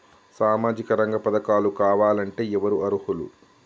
సామాజిక రంగ పథకాలు కావాలంటే ఎవరు అర్హులు?